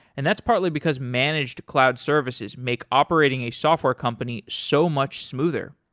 and that's partly because managed cloud services make operating a software company so much smoother.